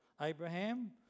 Abraham